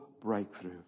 breakthrough